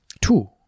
two